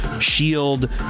Shield